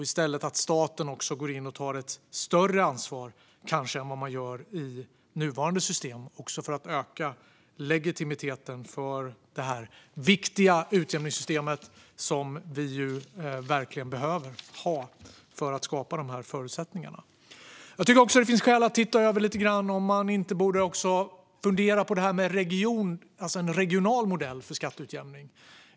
I stället måste kanske staten gå in och ta ett större ansvar än i det nuvarande systemet, också för att öka legitimiteten för detta viktiga utjämningssystem, som vi verkligen behöver. Det finns också skäl att fundera på om man inte kunde ha en regional modell för skatteutjämning.